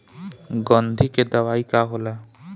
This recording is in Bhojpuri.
गंधी के दवाई का होला?